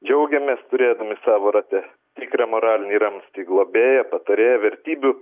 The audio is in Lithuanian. džiaugiamės turėdami savo rate tikrą moralinį ramstį globėja patarėja vertybių